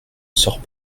sort